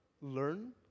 learn